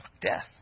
Death